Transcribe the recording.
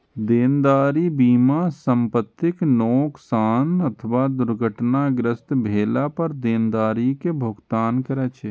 देनदारी बीमा संपतिक नोकसान अथवा दुर्घटनाग्रस्त भेला पर देनदारी के भुगतान करै छै